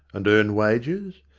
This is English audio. and earn wages?